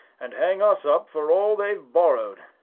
and hang us up for all they've borrowed.